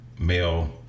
male